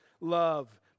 love